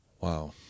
Wow